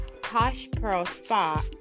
poshpearlspa